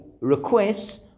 requests